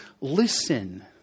listen